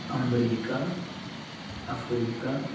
America Africa